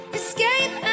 escape